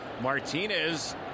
Martinez